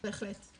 בהחלט.